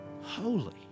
holy